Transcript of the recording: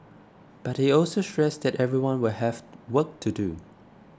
but he also stressed that everyone will have work to do